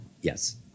Yes